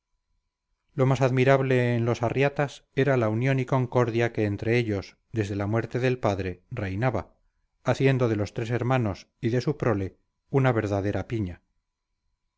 lo más admirable en los arratias era la unión y concordia que entre ellos desde la muerte del padre reinaba haciendo de los tres hermanos y de su prole una verdadera piña